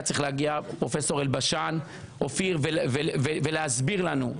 צריך להגיע פרופסור אלבשן ולהסביר לנו.